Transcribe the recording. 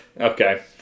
Okay